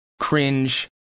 cringe